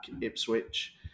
Ipswich